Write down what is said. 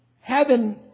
heaven